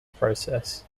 process